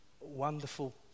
wonderful